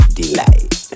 delight